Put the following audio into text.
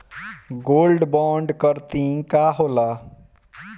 Gold bond करतिं का होला?